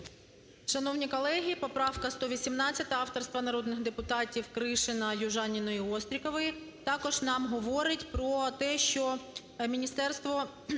Шановні колеги, поправка 118 авторства народних депутатів Кришина, Южаніної і Острікової також нам говорить про те, що міністерство